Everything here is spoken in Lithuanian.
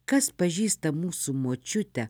kas pažįsta mūsų močiutę